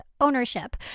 Ownership